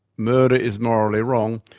murder is morally wrong,